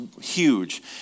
huge